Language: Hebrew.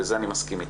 בזה אני מסכים איתך.